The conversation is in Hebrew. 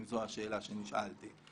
אם זו השאלה שנשאלתי.